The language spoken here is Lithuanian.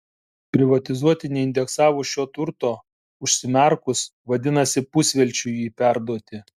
privatizuoti neindeksavus šio turto užsimerkus vadinasi pusvelčiui jį perduoti